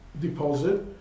deposit